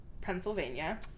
Pennsylvania